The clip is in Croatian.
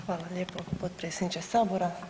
Hvala lijepo potpredsjedniče sabora.